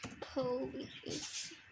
police